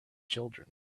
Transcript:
children